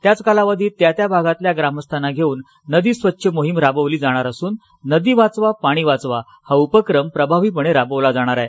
त्याच कालावधीत त्यात्या भागातल्या ग्रामस्थांना घेऊन नदी स्वच्छ मोहीम राबवली जाणार असून नदी वाचवा पाणी वाचवा हा उपक्रम प्रभावीपणे राबवला जाणार आहे